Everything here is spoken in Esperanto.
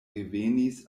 revenis